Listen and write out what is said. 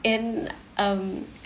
in um